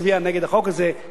הגם שבעיני הוא הגיוני.